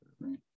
Right